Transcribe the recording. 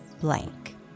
blank